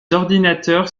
ordinateurs